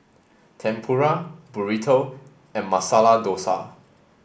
Tempura Burrito and Masala Dosa